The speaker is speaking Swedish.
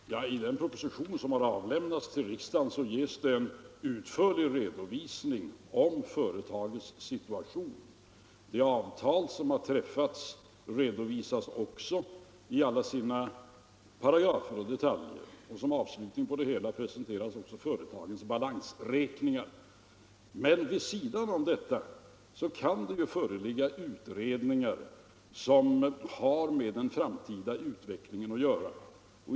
Herr talman! I den proposition som har avlämnats till riksdagen ges det en utförlig redovisning av företagets situation. Det avtal som har träffats redovisas också i alla sina paragrafer och detaljer. Som avslutning på det hela presenteras också företagets balansräkningar. Men vid sidan om detta kan det ju föreligga utredningar som har med den framtida utvecklingen att göra.